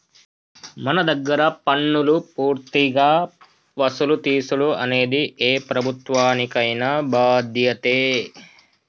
మన దగ్గర పన్నులు పూర్తిగా వసులు తీసుడు అనేది ఏ ప్రభుత్వానికైన బాధ్యతే